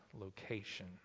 location